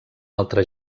altre